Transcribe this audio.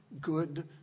good